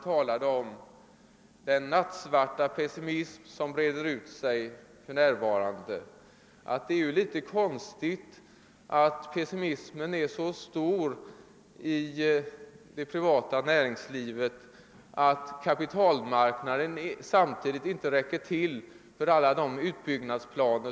talade om den nattsvarta pessimism som för närvarande breder ut sig skulle jag vilja säga, att det är lite konstigt att pessimismen är så stor inom det privata näringslivet när kapitalmarknaden inte räcker till för alla utbyggnadsplaner.